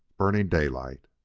burning daylight!